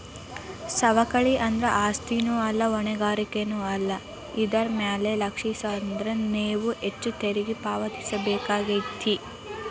ಸವಕಳಿ ಅಂದ್ರ ಆಸ್ತಿನೂ ಅಲ್ಲಾ ಹೊಣೆಗಾರಿಕೆನೂ ಅಲ್ಲಾ ಇದರ್ ಮ್ಯಾಲೆ ಲಕ್ಷಿಲ್ಲಾನ್ದ್ರ ನೇವು ಹೆಚ್ಚು ತೆರಿಗಿ ಪಾವತಿಸಬೇಕಾಕ್ಕೇತಿ